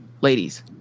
ladies